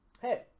hey